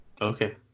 Okay